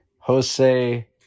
Jose